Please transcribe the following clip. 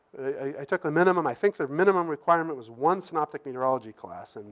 i took the minimum. i think the minimum requirement was one synoptic meteorology class, and